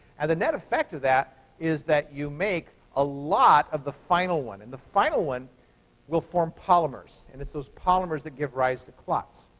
and the net effect of that is that you make a lot of the final one, and the final one will form polymers. and it's those polymers that give rise to clots.